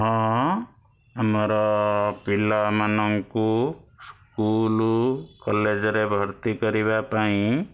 ହଁ ଆମର ପିଲାମାନଙ୍କୁ ସ୍କୁଲ୍ କଲେଜ୍ରେ ଭର୍ତ୍ତି କରିବାପାଇଁ